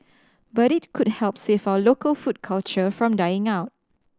but it could help save our local food culture from dying out